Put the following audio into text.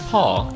Paul